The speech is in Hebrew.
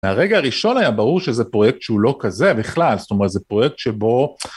הרגע הראשון היה ברור שזה פרויקט שהוא לא כזה בכלל, זאת אומרת זה פרויקט שבו...